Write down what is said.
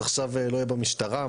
עכשיו לא יהיה במשטרה?